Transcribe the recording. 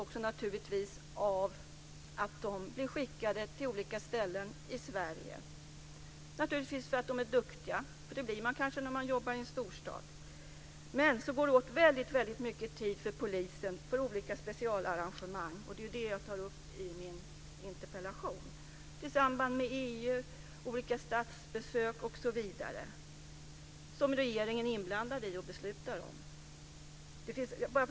Poliser från Stockholm blir skickade till olika ställen i Sverige, för att de är duktiga. Det blir man kanske när man jobbar i en storstad. Det går åt väldigt mycket tid för polisen för olika specialarrangemang. Det är det jag tar upp i min interpellation. Det kan vara i samband med EU arbetet, olika statsbesök osv. Där är regeringen inblandad och fattar beslut.